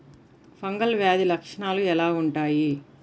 Fungal వ్యాధి లక్షనాలు ఎలా వుంటాయి?